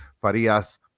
Farias